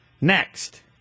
Next